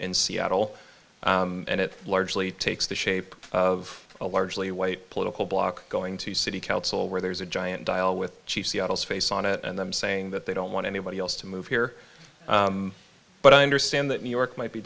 n seattle and it largely takes the shape of a largely white political block going to city council where there's a giant dial with chief seattle's face on it and them saying that they don't want anybody else to move here but i understand that new york might be